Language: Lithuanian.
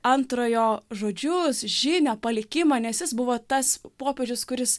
antrojo žodžius žynio palikimą nes jis buvo tas popiežius kuris